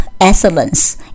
excellence